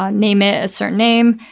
ah name it a certain name.